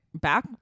back